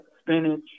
spinach